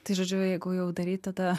tai žodžiu jeigu jau daryti tą